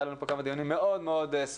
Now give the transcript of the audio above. היו לנו כמה דיונים מאוד סוערים,